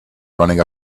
running